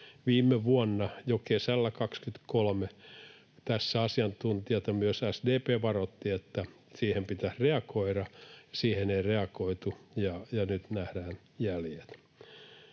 Viime vuonna, jo kesällä 23, asiantuntijat ja myös SDP varoittivat, että siihen pitäisi reagoida. Siihen ei reagoitu, ja nyt nähdään jäljet.